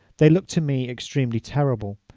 they looked to me extremely terrible,